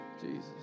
Jesus